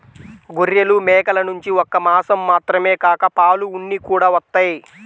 గొర్రెలు, మేకల నుంచి ఒక్క మాసం మాత్రమే కాక పాలు, ఉన్ని కూడా వత్తయ్